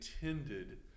intended